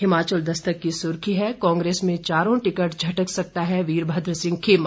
हिमाचल दस्तक की सुर्खी है कांग्रेस में चारों टिकट झटक सकता है वीरभद्र सिंह खेमा